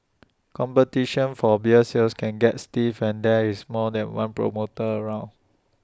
competition for beer sales can get stiff when there is more than one promoter around